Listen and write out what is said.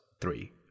three